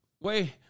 Wait